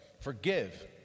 forgive